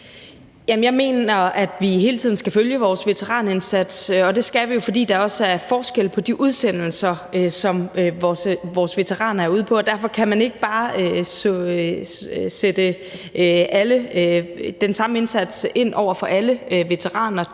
Jeg mener, at vi hele tiden skal følge vores veteranindsats, og det skal vi, fordi der også er forskel på de udsendelser, som vores veteraner er ude på, og derfor kan man ikke bare sætte ind med den samme indsats ind over for alle veteraner,